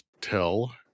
tell